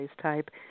type